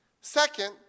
Second